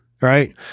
right